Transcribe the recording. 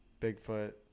Bigfoot